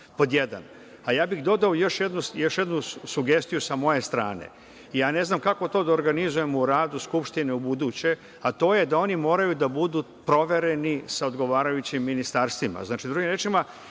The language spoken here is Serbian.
pod jedan. Ja bih dodao još jednu sugestiju sa moje strane, ne znam kako to da organizujemo u radu Skupštine ubuduće, a to je da oni moraju da budu provereni sa odgovarajućim ministarstvima. Drugim rečima,